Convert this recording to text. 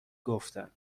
گفتن